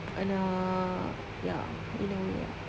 anak ya in a way ah